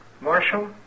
Marshal